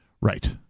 Right